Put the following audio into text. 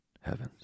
Heavens